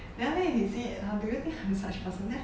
then wait he say do you think I'm such person